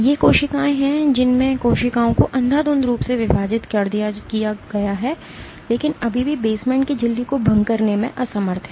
ये कोशिकाएं हैं जिनमें कोशिकाओं को अंधाधुंध रूप से विभाजित किया गया है लेकिन अभी भी बेसमेंट की झिल्ली को भंग करने में असमर्थ हैं